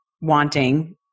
wanting